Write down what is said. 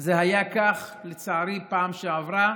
זה היה כך, לצערי, בפעם שעברה,